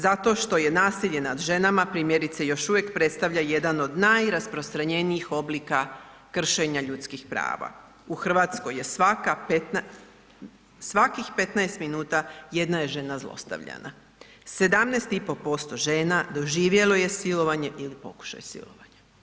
Zato što je nasilje nad ženama primjerice još uvijek predstavlja jedan od najrasprostranjenijih oblika kršenja ljudskih prava, u RH je svaka, svakih 15 minuta jedna je žena zlostavljana, 17,5% žena doživjelo je silovanje ili pokušaj silovanja.